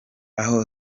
aho